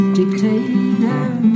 dictator